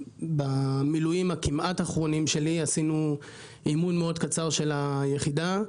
במילואים הכמעט אחרונים שלי עשינו אימון מאד קצר של היחידה,